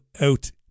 out